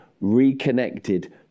reconnected